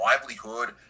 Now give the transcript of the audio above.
livelihood